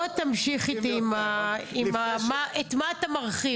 תמשיך איתי עם את מה אתה מרחיב.